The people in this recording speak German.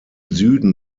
süden